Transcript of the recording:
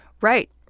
Right